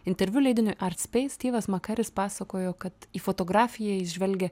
interviu leidiniui art speis stivas makaris pasakojo kad į fotografiją jis žvelgia